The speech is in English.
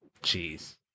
Jeez